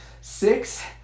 six